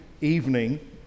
evening